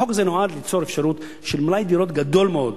החוק הזה נועד ליצור אפשרות של מלאי דירות גדול מאוד,